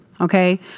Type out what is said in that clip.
Okay